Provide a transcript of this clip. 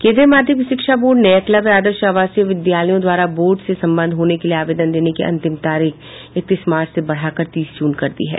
केन्द्रीय माध्यमिक शिक्षा बोर्ड ने एकलव्य आदर्श आवासीय विद्यालयों द्वारा बोर्ड से सम्बद्ध होने के लिए आवेदन देने की अन्तिम तारीख इकतीस मार्च से बढ़ाकर तीस जून कर दी है